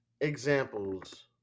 examples